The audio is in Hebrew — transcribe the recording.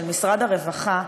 של משרד הרווחה,